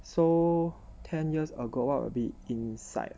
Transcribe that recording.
so ten years ago what will be inside